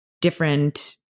different